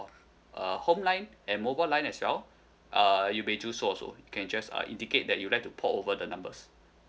uh home line and mobile line as well uh you may do so also can just uh indicate that you'd like to port over the numbers